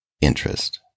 interest